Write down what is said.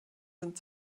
sind